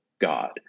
God